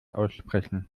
aussprechen